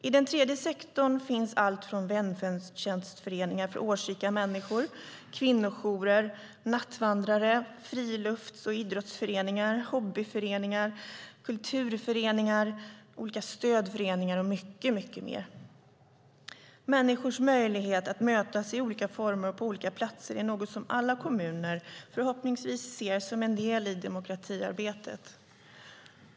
I den tredje sektorn finns väntjänstföreningar för årsrika människor, kvinnojourer, nattvandrare, frilufts och idrottsföreningar, hobbyföreningar, kulturföreningar, olika stödföreningar och mycket mer. Människors möjlighet att mötas i olika former och på olika platser är något som alla kommuner förhoppningsvis ser som en del i demokratiarbetet.